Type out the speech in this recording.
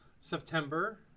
September